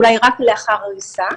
אולי רק לאחר הריסה,